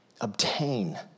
obtain